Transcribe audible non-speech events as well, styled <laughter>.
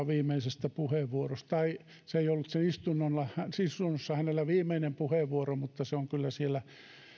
<unintelligible> viimeisestä puheenvuorostaan tai ei se ollut siinä istunnossa hänen viimeinen puheenvuoronsa mutta se on kyllä